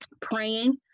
praying